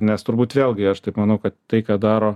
nes turbūt vėlgi aš taip manau kad tai ką daro